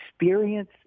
experience